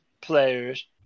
players